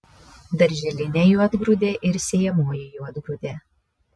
darželinė juodgrūdė ir sėjamoji juodgrūdė